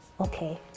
okay